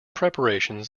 preparations